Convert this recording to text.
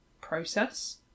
process